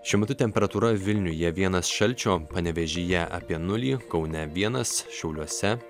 šiuo metu temperatūra vilniuje vienas šalčio panevėžyje apie nulį kaune vienas šiauliuose